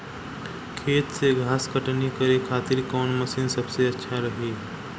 खेत से घास कटनी करे खातिर कौन मशीन सबसे अच्छा रही?